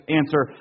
answer